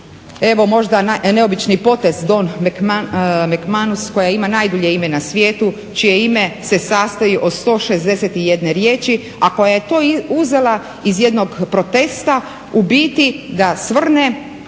evo možda neobični potez Dawn McManus koja ima najdulje na svijetu čije ime se sastoji od 161 riječi, a koja je to uzela iz jednog protesta u biti da svrne